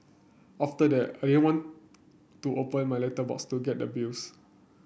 after that I didn't want to open my letterbox to get the bills